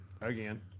again